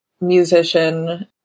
musician